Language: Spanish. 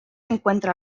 encuentra